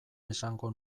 esango